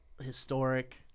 historic